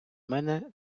мене